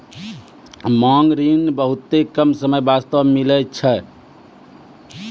मांग ऋण बहुते कम समय बास्ते मिलै छै